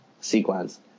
sequence